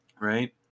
right